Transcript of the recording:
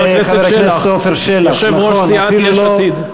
חבר הכנסת שלח, יושב-ראש סיעת יש עתיד.